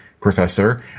professor